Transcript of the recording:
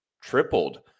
tripled